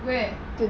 where